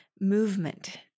movement